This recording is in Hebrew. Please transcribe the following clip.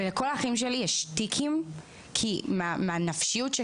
ולכל האחים שלי יש טיקים מהפגיעה הנפשית.